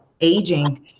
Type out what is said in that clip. aging